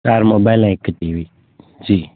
चारि मोबाइल ऐं हिक टी वी जी